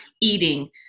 eating